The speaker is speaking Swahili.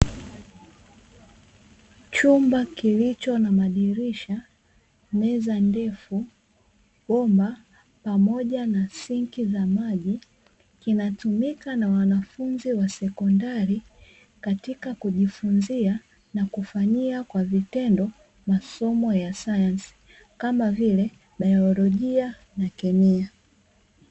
Chumba kilicho na madirisha, meza ndefu, bomba pamoja na sinki za maji, kinatumika na wanafunzi wa sekondari, katika kujifunzia na kufanyia kwa vitendo, masomo ya sayansi kama vile baiolojia na kemia.